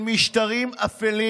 של משטרים אפלים.